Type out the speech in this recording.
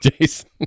Jason